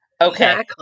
Okay